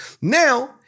now